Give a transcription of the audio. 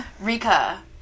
Rika